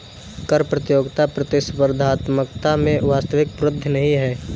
कर प्रतियोगिता प्रतिस्पर्धात्मकता में वास्तविक वृद्धि नहीं है